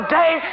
day